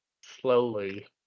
slowly